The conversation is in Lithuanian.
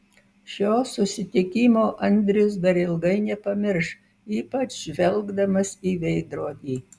šio susitikimo andrius dar ilgai nepamirš ypač žvelgdamas į veidrodį